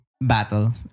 battle